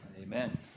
Amen